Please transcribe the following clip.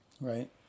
Right